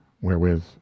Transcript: wherewith